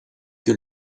que